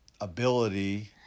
ability